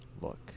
Look